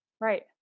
right